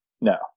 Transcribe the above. No